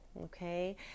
okay